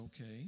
okay